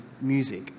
music